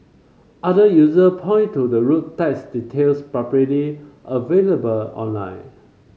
other user point to the road tax details publicly available online